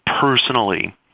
personally